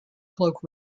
cloak